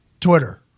Twitter